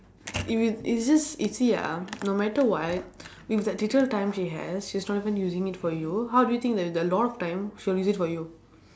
if you if it's just you see ah no matter what with that little time she has she's not even using it for you how do you think that with a lot of time she will use it for you